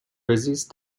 resist